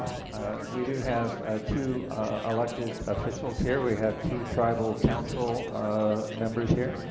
we do have two elected officials here we have two tribal council ah members here.